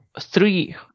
three